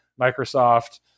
Microsoft